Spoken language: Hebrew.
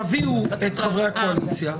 תביאו את חברי הקואליציה,